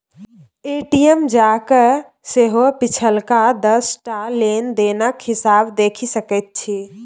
ATM जाकए सेहो पिछलका दस टा लेन देनक हिसाब देखि सकैत छी